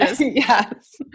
Yes